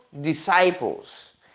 disciples